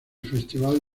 festival